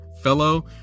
fellow